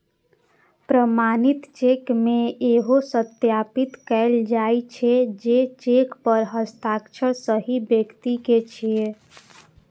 प्रमाणित चेक मे इहो सत्यापित कैल जाइ छै, जे चेक पर हस्ताक्षर सही व्यक्ति के छियै